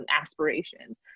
aspirations